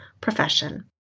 profession